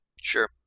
Sure